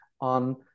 on